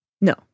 No